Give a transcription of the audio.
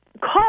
Call